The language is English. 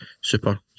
super